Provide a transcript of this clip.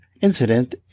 incident